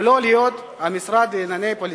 ולא להיות המשרד לענייני פלסטינים.